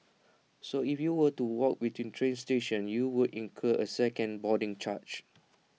so if you were to walk between train stations you would incur A second boarding charge